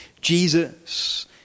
Jesus